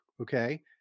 okay